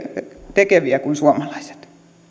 tekeviä kuin suomalaiset